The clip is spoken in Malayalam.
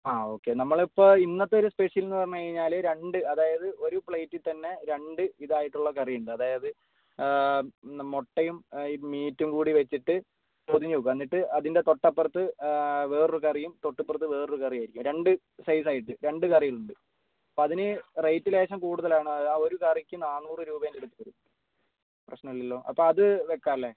ആ ഓക്കെ നമ്മളിപ്പോൾ ഇന്നത്തെ ഒരു സ്പെഷ്യൽന്ന് പറഞ്ഞ് കഴിഞ്ഞാൽ രണ്ട് അതായത് ഒരു പ്ളേറ്റിൽ തന്നെ രണ്ട് ഇതായിട്ടുള്ള കറി ഉണ്ട് അതായത് മൊട്ടയും ഈ മീറ്റും കൂടി വെച്ചിട്ട് പൊതിഞ്ഞ് വെക്കും എന്നിട്ട് അതിൻ്റെ തൊട്ടപ്പുറത്ത് വേറൊരു കറിയും തൊട്ടിപ്പുറത്ത് വേറൊരു കറി ആയിരിക്കും രണ്ട് സൈഡായിട്ട് രണ്ട് കറികളുണ്ട് അപ്പം അതിന് റേറ്റ് ലേശം കൂടുതലാണ് അതാ ഒരു കറിക്ക് നാന്നൂറ് രൂപേൻ്റടുത്ത് വരും പ്രശ്നല്ലല്ലോ അപ്പം അത് വെക്കാല്ലേ